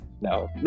no